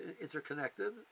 interconnected